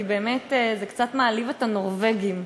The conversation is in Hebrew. כי באמת זה קצת מעליב את הנורבגים,